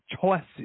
choices